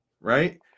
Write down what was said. Right